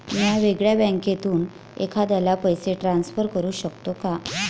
म्या वेगळ्या बँकेतून एखाद्याला पैसे ट्रान्सफर करू शकतो का?